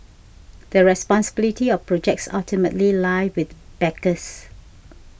the responsibility of projects ultimately lie with backers